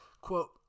Quote